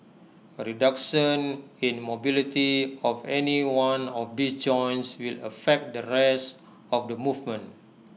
A reduction in mobility of any one of these joints will affect the rest of the movement